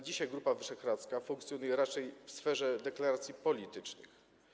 Dzisiaj Grupa Wyszehradzka funkcjonuje raczej w sferze deklaracji politycznych.